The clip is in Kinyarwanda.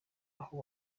aho